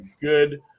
good